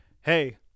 hey